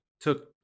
took